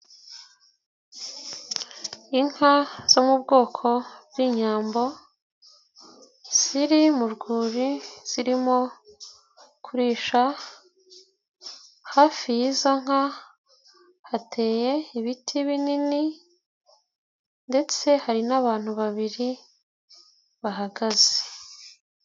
Inka zo mu bwoko bw'inyambo, ziri mu rwuri zirimo kurisha, hafi y'izo nka hateye ibiti binini ndetse hari n'abantu babiri bahagaze.